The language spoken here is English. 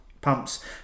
pumps